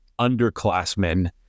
underclassmen